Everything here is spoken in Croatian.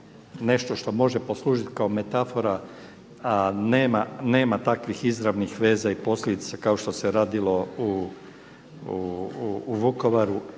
nešto što može poslužiti kao metafora nema takvih izravnih veza i posljedica kao što se radilo u Vukovaru